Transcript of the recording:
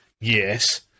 yes